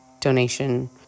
donation